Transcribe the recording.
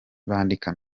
bandika